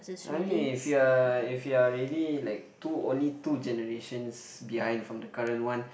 I mean if you are if you are really like two only two generations behind from the current one